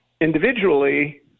individually